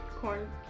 corn